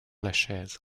lachaise